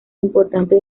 importante